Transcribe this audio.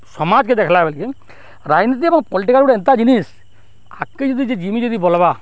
ସମାଜ୍କେ ଦେଖ୍ଲାବେଲ୍କେ ରାଜନୀତି ଏବଂ ପଲଲିଟିକାଲ୍ ଗୁଟେ ଏନ୍ତା ଜିନିଷ୍ ଆଗ୍କେ ଯଦି ଯେ ଯିମି ଯଦି ବଲ୍ବା